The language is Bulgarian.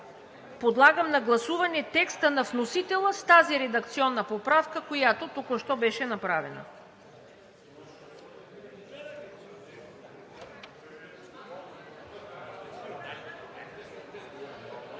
Подлагам на гласуване текста на вносителя с тази редакционна поправка, която току-що беше направена.